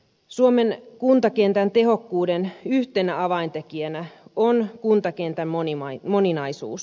suomen kuntakentän tehokkuuden yhtenä avaintekijänä on kuntakentän moninaisuus